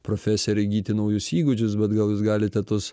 profesiją ir įgyti naujus įgūdžius bet gal jūs galite tuos